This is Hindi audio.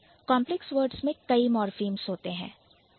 कांप्लेक्स वर्ड्स में कई मॉर्फीम्स होंगे